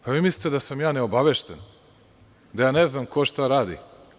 Da li vi mislite da sam ja neobavešten, da ja ne znam ko šta radi?